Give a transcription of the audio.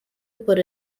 put